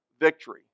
victory